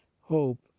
hope